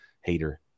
hater